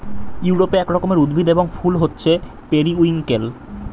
ইউরোপে এক রকমের উদ্ভিদ এবং ফুল হচ্ছে পেরিউইঙ্কেল